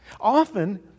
Often